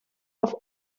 auf